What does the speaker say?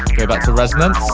go back to resonance.